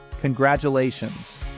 Congratulations